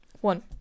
one